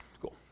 cool